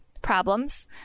problems